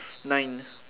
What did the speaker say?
nine